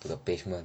to the pavement